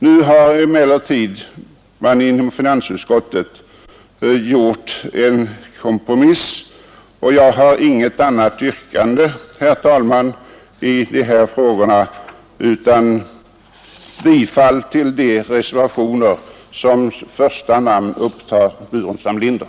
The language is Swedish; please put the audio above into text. Nu har man emellertid inom finansutskottet gjort en kompromiss, och jag har inget annat yrkande, herr talman, i dessa frågor än bifall till de reservationer vilka som första namn upptar herr Burenstam Linder.